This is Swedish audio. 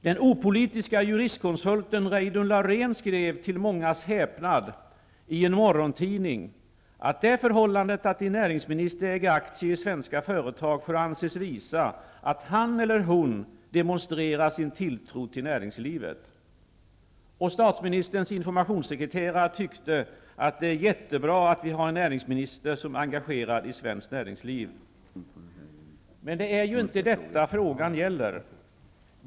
Den opolitiska juristkonsulten Reidunn Laurén skrev till mångas häpnad i en morgontidning att det förhållandet att en näringsminister äger aktier i svenska företag får anses visa att han eller hon demonstrerar sin tilltro till näringslivet. ''det är jättebra att vi har en näringsminister, som är engagerad i svenskt näringsliv''. Men det är ju inte detta frågan gäller!